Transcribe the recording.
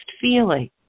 feeling